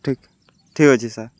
ଠିକ୍ ଠିକ୍ ଅଛେ ସାର୍